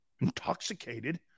intoxicated